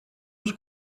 els